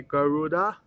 Garuda